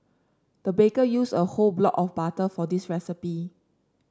the baker used a whole block of butter for this recipe